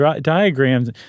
diagrams